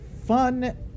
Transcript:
fun